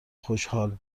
خشحال